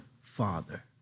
father